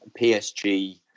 PSG